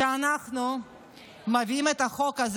כשאנחנו מביאים היום את החוק הזה,